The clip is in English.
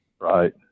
Right